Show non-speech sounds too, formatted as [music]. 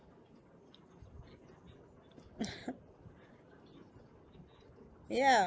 uh [laughs] ya